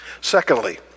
Secondly